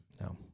No